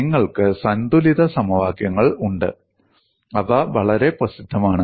നിങ്ങൾക്ക് സന്തുലിത സമവാക്യങ്ങൾ ഉണ്ട് അവ വളരെ പ്രസിദ്ധമാണ്